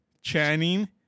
Channing